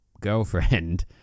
girlfriend